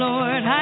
Lord